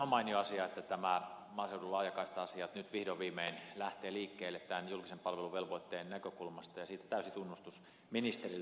on mainio asia että nämä maaseudun laajakaista asiat nyt vihdoin ja viimein lähtevät liikkeelle julkisen palvelun velvoitteen näkökulmasta ja siitä täysi tunnustus ministerille